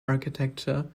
architecture